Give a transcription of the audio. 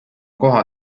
koha